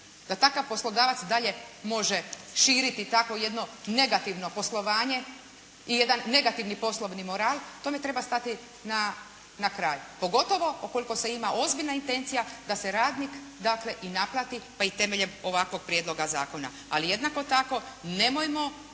da takav poslodavac dalje može širiti takvo jedno negativno poslovanje i jedan negativni poslovni moral. Tome treba stati na kraj, pogotovo ukoliko se ima ozbiljna intencija da se radnik dakle i naplati, pa i temeljem ovakvog prijedloga zakona. Ali, jednako tako nemojmo